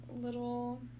little